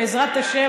ובעזרת השם,